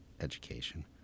education